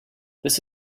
this